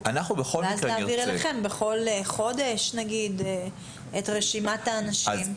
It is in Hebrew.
ואז להעביר אליכם נניח בכל חודש את רשימת האנשים.